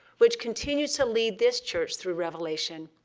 which continues to lead this church through revelation.